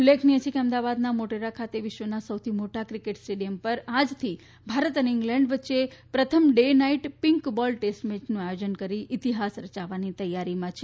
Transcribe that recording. ઉલ્લેખનીય છે કે અમદાવાદના મોટેરા ખાતે વિશ્વના સૌથી મોટા ક્રિકેટ સ્ટેડિયમ પર આજથી ભારત અને ઇંગ્લેન્ડ વચ્ચે પ્રથમ day night pink ball test મેયનું આયોજન કરીને ઇતિહાસ રચવાની તૈયારીમાં છે